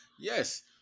yes